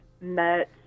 met